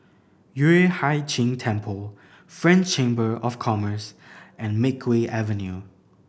Yueh Hai Ching Temple French Chamber of Commerce and Makeway Avenue